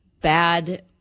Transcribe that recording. bad